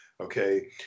Okay